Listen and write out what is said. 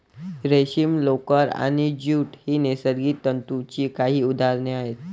रेशीम, लोकर आणि ज्यूट ही नैसर्गिक तंतूंची काही उदाहरणे आहेत